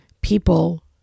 people